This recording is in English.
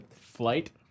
Flight